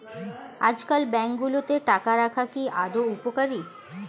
আজকাল ব্যাঙ্কগুলোতে টাকা রাখা কি আদৌ উপকারী?